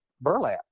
Burlap